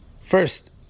First